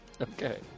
Okay